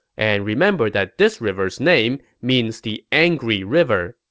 and remember that this river's name means the angry river,